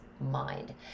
mind